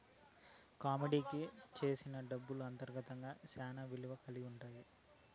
కమోడిటీకి సెందిన డబ్బులు అంతర్గతంగా శ్యానా విలువ కల్గి ఉంటాయి